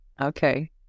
okay